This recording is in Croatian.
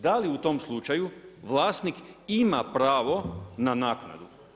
Da li u tom slučaju vlasnik ima pravo na naknadu?